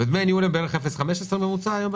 כשדמי הניהול הם בערך 0.15 מהצבירה,